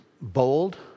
bold